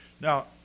Now